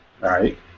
right